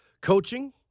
coaching